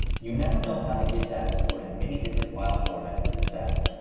you now know how to get data stored in many different file formats into sas.